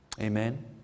Amen